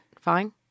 fine